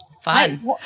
Fine